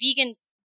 vegans